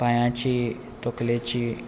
पांयाची तकलेची